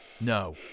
No